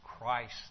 Christ